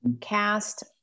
cast